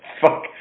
Fuck